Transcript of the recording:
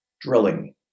drilling